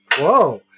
whoa